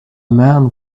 man